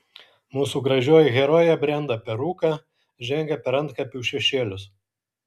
mūsų gražioji herojė brenda per rūką žengia per antkapių šešėlius